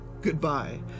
goodbye